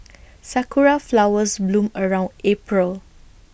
Sakura Flowers bloom around April